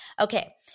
Okay